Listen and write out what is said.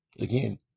Again